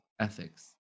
ethics